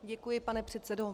Děkuji, pane předsedo.